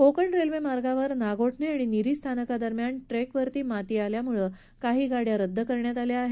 Konkan railway मार्गावरील नागोठाणे आणि नीरी स्थानकादरम्यान ट्रेकवर माती आल्यामुळे काही गाड्या रद्द करण्यात आले आहेत